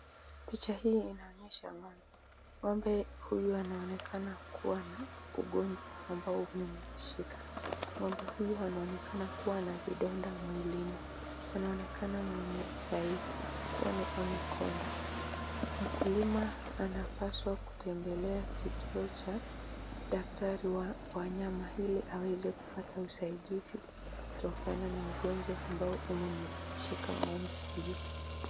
Picha hiii inaonyesha ng'ombe ng'ombe huyu anaonekana kuwa na ugonjwa ambao umemshika.Ng'ombe huyu anaonekana kuwa na vidonda mwilini anaonekana mwenye udhaifu kwani amekonda. Mkulima anapaswa kutembelea kituo cha daktari wa wanyama ili aweze kupata usaidizi kutokana na ugonjwa ambao umemshika ng'ombe huyu.